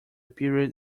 period